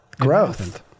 Growth